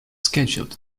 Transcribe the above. scheduled